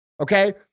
Okay